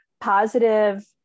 positive